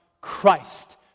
Christ